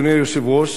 אדוני היושב-ראש,